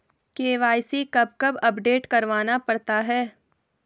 KYC कब कब update करवाना पड़ता है?